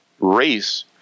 race